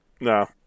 No